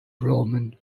roman